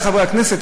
חברי חברי הכנסת,